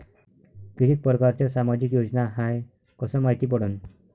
कितीक परकारच्या सामाजिक योजना हाय कस मायती पडन?